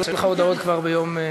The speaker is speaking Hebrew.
היו לך הודעות כבר ביום,